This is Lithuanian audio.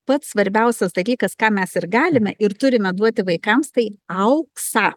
pats svarbiausias dalykas ką mes ir galime ir turime duoti vaikams tai auksą